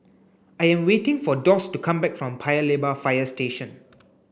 I am waiting for Doss to come back from Paya Lebar Fire Station